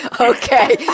Okay